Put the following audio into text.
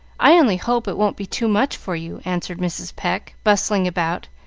i only hope it won't be too much for you, answered mrs. pecq, bustling about,